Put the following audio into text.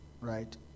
right